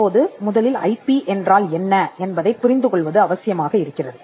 தற்போது முதலில் ஐபி என்றால் என்ன என்பதைப் புரிந்து கொள்வது அவசியமாக இருக்கிறது